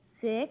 six